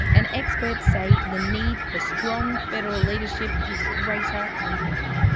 and experts say the need for strong federal leadership is greater than ever.